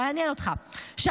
יעניין אותך,